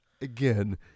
Again